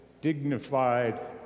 dignified